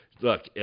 look